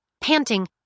Panting